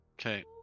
Okay